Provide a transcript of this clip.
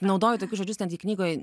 naudoji tokius žodžius ten gi knygoj